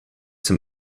zum